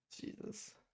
Jesus